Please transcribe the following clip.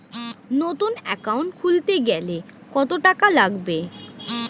নতুন একাউন্ট খুলতে গেলে কত টাকা লাগবে?